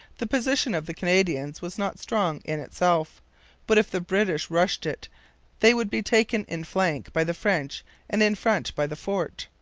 the position of the canadians was not strong in itself but if the british rushed it they would be taken in flank by the french and in front by the fort,